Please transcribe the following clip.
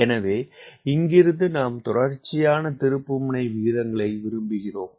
எனவே இங்கிருந்து நாம் தொடர்ச்சியான திருப்புமுனை விகிதங்களை விரும்புகிறோம்